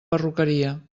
perruqueria